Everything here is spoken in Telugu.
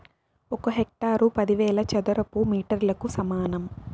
ఒక హెక్టారు పదివేల చదరపు మీటర్లకు సమానం